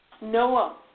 Noah